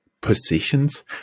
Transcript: positions